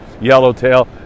yellowtail